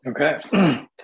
Okay